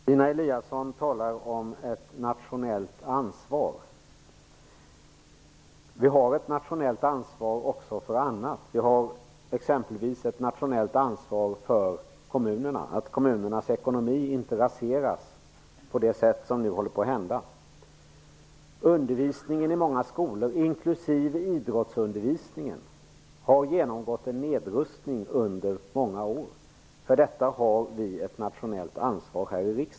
Herr talman! Stina Eliasson talar om ett nationellt ansvar. Vi har ett nationellt ansvar också för annat. Vi har exempelvis ett nationellt ansvar för att kommunernas ekonomi inte raseras på det sätt som nu håller på att hända. Undervisningen i många skolor, inklusive idrottsundervisningen, har genomgått en nedrustning under många år. För detta har vi här i riksdagen ett nationellt ansvar.